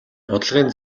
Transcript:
бодлогын